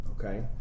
okay